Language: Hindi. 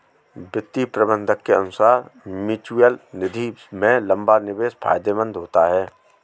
वित्तीय प्रबंधक के अनुसार म्यूचअल निधि में लंबा निवेश फायदेमंद होता है